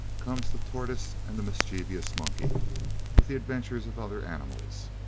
comes the tortoise and the mischievous monkey with the adventures of other animals.